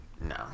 No